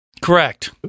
Correct